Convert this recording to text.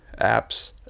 apps